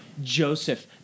Joseph